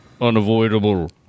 Unavoidable